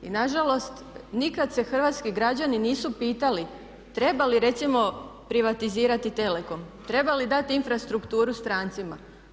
I nažalost nikad se hrvatski građani nisu pitali treba li recimo privatizirati telekom, treba li dati infrastrukturu stranci?